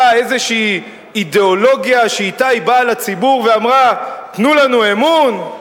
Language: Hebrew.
איזו אידיאולוגיה שאתה היא באה לציבור ואמרה: תנו לנו אמון?